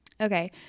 okay